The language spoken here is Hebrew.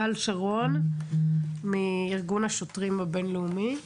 גל שרון מארגון השוטרים הבין לאומי,